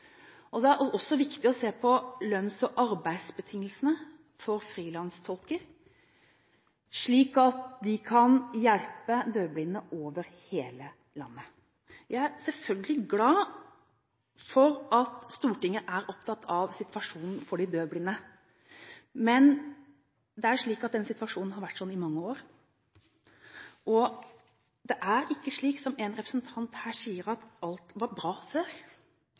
forutsigbart. Det er også viktig å se på lønns- og arbeidsbetingelsene for frilanstolker, slik at de kan hjelpe døvblinde over hele landet. Jeg er selvfølgelig glad for at Stortinget er opptatt av situasjonen for de døvblinde, men den situasjonen har vært slik i mange år. Alt var ikke bra før, slik en representant her sier.